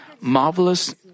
marvelous